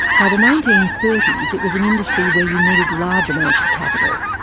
by the nineteen thirty s it was an industry where you needed large amounts of capital.